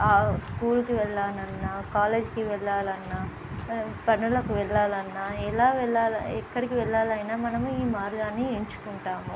స్కూల్కి వెళ్లాలన్నా కాలేజ్కి వెళ్లాలన్నా పనులకు వెళ్లాలన్నా ఎలా వెళ్లాలా ఎక్కడికి వెళ్లాలైనా మనము ఈ మార్గాన్ని ఎంచుకుంటాము